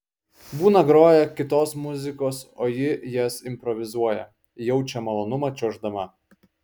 būna groja kitos muzikos o ji jas improvizuoja jaučia malonumą čiuoždama